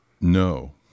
no